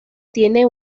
tiene